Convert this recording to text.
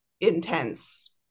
intense